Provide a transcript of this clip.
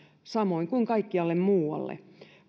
samoin kuin kaikkialle muualle